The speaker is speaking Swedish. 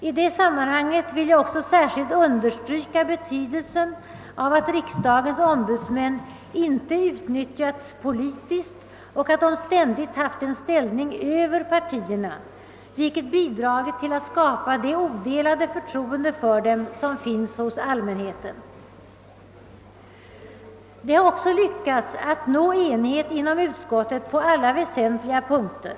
I det sammanhanget vill jag också särskilt understryka betydelsen av att riksdagens ombudsmän inte utnyttjats politiskt och att de ständigt haft en ställning över partierna, vilket bidragit till att skapa det odelade förtroende för dem som finns hos allmänheten. Vi har också lyckats nå enighet inom utskottet på alla väsentliga punkter.